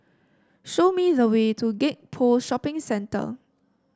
show me the way to Gek Poh Shopping Centre